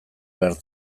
behar